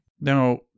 Now